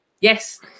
Yes